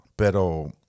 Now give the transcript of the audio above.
Pero